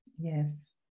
Yes